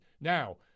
Now